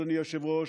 אדוני היושב-ראש,